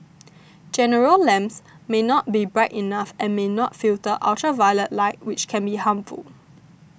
general lamps may not be bright enough and may not filter ultraviolet light which can be harmful